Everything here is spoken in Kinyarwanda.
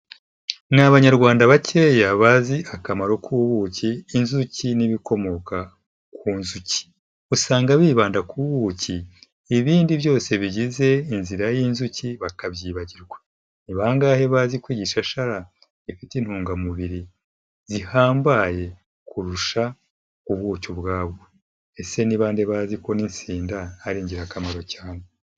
Ni Abanyarwanda bakeya bazi akamaro k'ubuki, inzuki n'ibikomoka ku nzuki, usanga bibanda ku buki, ibindi byose bigize inzira y'inzuki bakabyibagirwa, ni bangahe bazi ko igishashara gifite intungamubiri zihambaye kurusha ubuki ubwabwo? ese ni bande bazi ko n'itsinda ari ingirakamaro cyane?